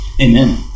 amen